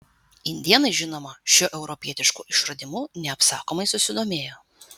indėnai žinoma šiuo europietišku išradimu neapsakomai susidomėjo